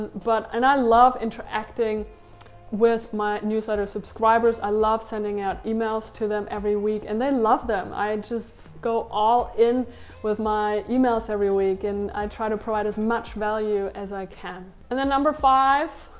but and i love interacting with my newsletter subscribers. i love sending out emails to them every week. and they love them. i just go all in with my emails every week and i try to provide as much value as i can. and the number five,